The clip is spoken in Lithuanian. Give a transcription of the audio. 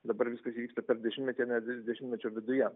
dabar viskas įvyksta per dešimtmetį ar net dešimtmečio viduje